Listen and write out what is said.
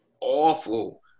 awful